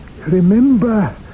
Remember